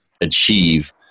achieve